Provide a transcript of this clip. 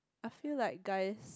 I feel like guys